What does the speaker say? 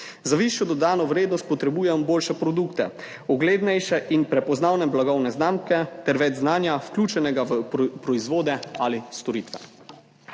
Za višjo dodano vrednost potrebujemo boljše produkte, uglednejše in prepoznavne blagovne znamke ter več znanja, vključenega v proizvode ali storitve.